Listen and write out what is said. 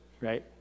right